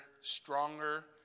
stronger